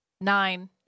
nine